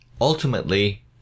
ultimately